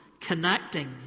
connecting